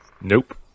Nope